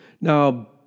Now